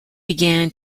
began